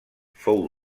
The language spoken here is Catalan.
fou